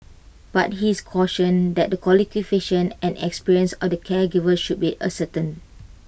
but his caution that the qualifications and experience of the caregivers should be ascertained